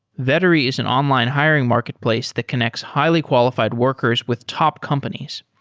vettery is an online hiring marketplace that connects highly qualified workers with top companies.